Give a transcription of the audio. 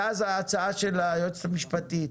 ואז ההצעה של היועצת המשפטית